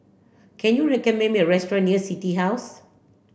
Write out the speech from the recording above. can you recommend me a restaurant near City House